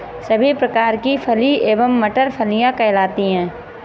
सभी प्रकार की फली एवं मटर फलियां कहलाती हैं